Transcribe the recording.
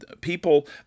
people